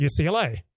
UCLA